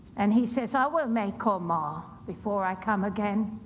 and he says, i will make or mar before i come again.